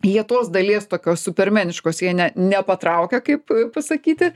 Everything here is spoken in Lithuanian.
jie tos dalies tokios supermeniškos jie ne nepatraukia kaip pasakyti